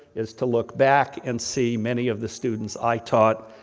is to look back and see many of the students i taught,